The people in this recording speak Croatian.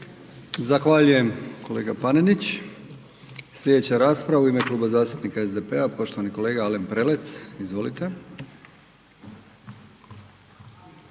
Zahvaljujem kolega Panenić. Sljedeća rasprava u ime Kluba zastupnika SDP-a, poštovani kolega Alen Prelec. Izvolite.